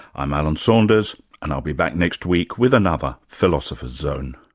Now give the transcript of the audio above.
i'm alan saunders and i'll be back next week with another philosopher's zone